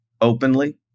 openly